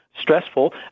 stressful